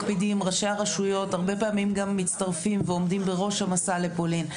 ראשי הרשויות גם מצטרפים ועומדים בראש המסע לפולין.